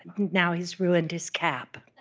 now he's ruined his cap